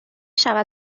شود